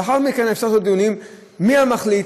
לאחר מכן אפשר לעשות דיונים: מי המחליט,